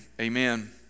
amen